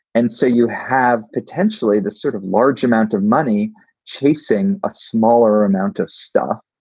and so you have potentially the sort of large amount of money chasing a smaller amount of stuff.